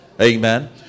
amen